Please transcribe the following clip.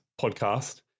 podcast